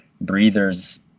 breathers